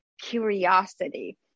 curiosity